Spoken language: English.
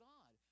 God